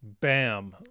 Bam